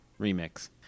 remix